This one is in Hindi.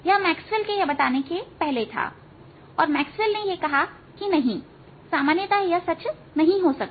यह मैक्सवेल के यह बताने के पहले था और मैक्सवेल ने यह कहा कि नहीं सामान्यतः यह सच नहीं हो सकता